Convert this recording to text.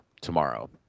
tomorrow